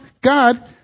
God